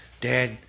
Dad